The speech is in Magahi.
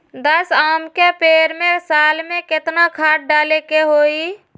दस आम के पेड़ में साल में केतना खाद्य डाले के होई?